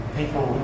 people